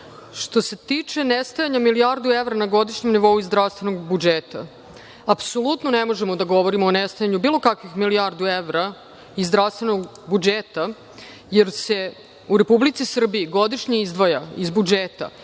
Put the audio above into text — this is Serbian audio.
se tiče nestajanja milijardu evra na godišnjem nivou iz zdravstvenog budžeta, apsolutno ne možemo da govorimo o nestajanju bilo kakvih milijardu evra iz zdravstvenog budžeta jer se u Republici Srbiji godišnje izdvaja iz budžeta